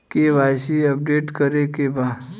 KYC update करे के बा?